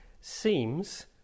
seems